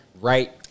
Right